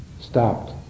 stopped